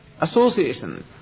association